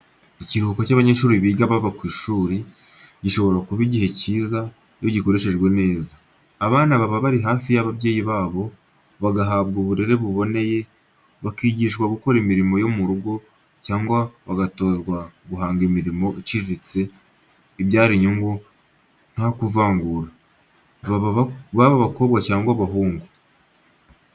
Ikiruhuko cy'abanyeshuri biga baba ku ishuri, gishobora kuba igihe cyiza, iyo gikoreshejwe neza. Abana baba bari hafi y'ababyeyi babo bagahabwa uburere buboneye, bakigishwa gukora imirimo yo mu rugo cyangwa bagatozwa guhanga imirimo iciriritse ibyara inyungu nta kuvangura, baba abakobwa cyangwa abahungu.